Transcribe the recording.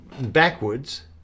backwards